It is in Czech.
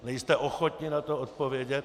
Nejste ochotni na to odpovědět.